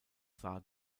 sah